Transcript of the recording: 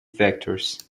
vectors